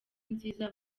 nziza